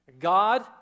God